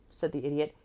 said the idiot.